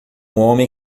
homem